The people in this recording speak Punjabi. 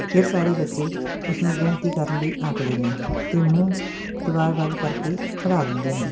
ਫਿਰ ਸਾਰੇ ਬੱਚੇ ਉਸਨੂੰ ਗਿਣਤੀ ਕਰਨ ਲਈ ਆਖਦੇ ਨੇ ਅਤੇ ਮੂੰਹ ਦੀਵਾਰ ਵੱਲ ਕਰਕੇ ਖੜ੍ਹਾ ਦਿੰਦੇ ਨੇ